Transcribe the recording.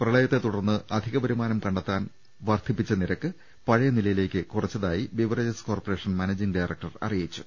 പ്രളയത്തെ തുടർന്ന് അധിക വരുമാനം കണ്ടെത്താൻ വർദ്ധിപ്പിച്ച നിരക്ക് പഴയ നിലയിലേക്ക് കുറച്ചതായി beverages corporation managing director അറിയിച്ചു